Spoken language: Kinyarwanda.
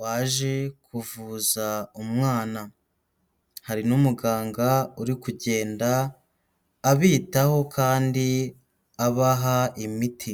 waje kuvuza umwana, hari n'umuganga uri kugenda abitaho kandi abaha imiti.